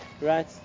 right